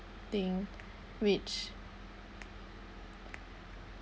thing which